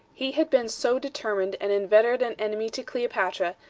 he had been so determined and inveterate an enemy to cleopatra,